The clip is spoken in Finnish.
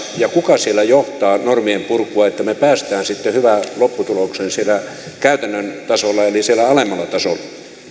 ja kuka maakunnissa johtaa normien purkua että me pääsemme sitten hyvään lopputulokseen siellä käytännön tasolla eli siellä alemmalla tasolla